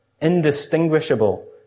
indistinguishable